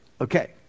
Okay